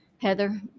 Heather